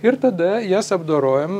ir tada jas apdorojam